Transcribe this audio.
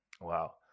Wow